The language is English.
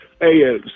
hey